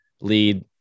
lead